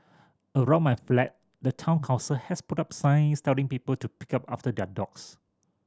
around my flat the Town Council has put up signs telling people to pick up after their dogs